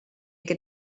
que